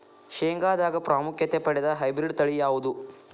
ಶೇಂಗಾದಾಗ ಪ್ರಾಮುಖ್ಯತೆ ಪಡೆದ ಹೈಬ್ರಿಡ್ ತಳಿ ಯಾವುದು?